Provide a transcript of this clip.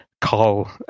call